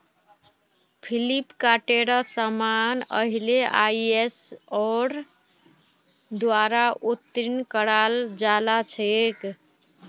फ्लिपकार्टेर समान पहले आईएसओर द्वारा उत्तीर्ण कराल जा छेक